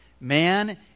man